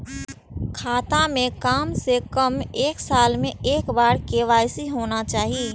खाता में काम से कम एक साल में एक बार के.वाई.सी होना चाहि?